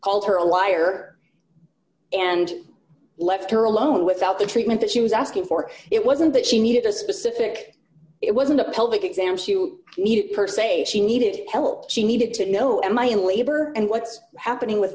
her a liar and left her alone without the treatment that she was asking for it wasn't that she needed a specific it wasn't a pelvic exams you need it per se she needed help she needed to know am i in labor and what's happening with